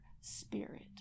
spirit